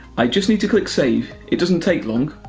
i just need to click save it doesn't take long.